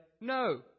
no